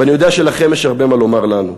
ואני יודע שלכם יש הרבה מה לומר לנו.